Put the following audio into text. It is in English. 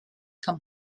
come